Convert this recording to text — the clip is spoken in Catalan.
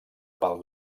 pel